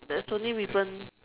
there's only ribbon